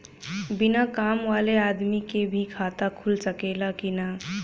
बिना काम वाले आदमी के भी खाता खुल सकेला की ना?